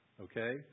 Okay